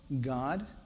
God